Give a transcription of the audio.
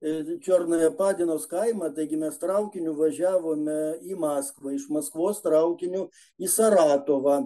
čiornają padinos kaimą taigi mes traukiniu važiavome į maskvą iš maskvos traukiniu į saratovą